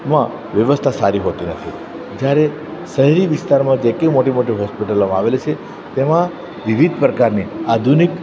માં વ્યવસ્થા સારી હોતી નથી જ્યારે શહેરી વિસ્તારમાં જેટલી મોટી મોટી હોસ્પિટલો આવેલી છે તેમાં વિવિધ પ્રકારની આધુનિક